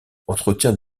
entretient